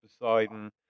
Poseidon